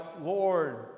Lord